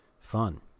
fun